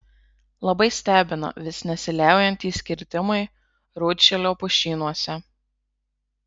labai stebina vis nesiliaujantys kirtimai rūdšilio pušynuose